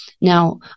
Now